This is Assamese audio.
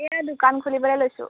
এয়া দোকান খুলিবলৈ লৈছোঁ